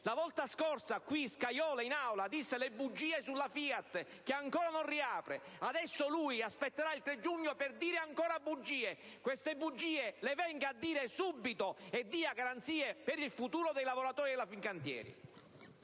La volta scorsa il ministro Scajola in quest'Aula raccontò bugie sulla Fiat, che ancora non riapre. Adesso il Ministro aspetterà il 3 giugno per dire ancora bugie. Queste bugie le venga a dire subito e dia garanzie per il futuro dei lavoratori della Fincantieri.